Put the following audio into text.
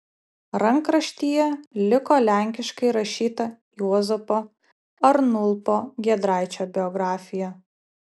rankraštyje liko lenkiškai rašyta juozapo arnulpo giedraičio biografija